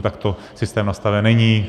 Takto systém nastaven není.